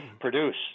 produce